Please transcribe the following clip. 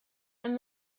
and